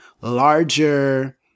larger